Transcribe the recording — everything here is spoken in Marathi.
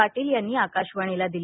पाटील यांनी आकाशवाणीला दिली